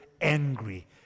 angry